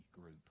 group